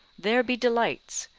there be delights,